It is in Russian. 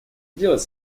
делать